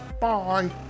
Bye